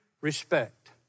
respect